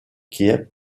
kiev